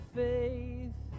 faith